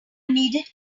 needed